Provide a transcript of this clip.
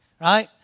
right